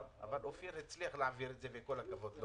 אבל אופיר הצליח להעביר אותה וכל הכבוד לה